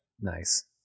nice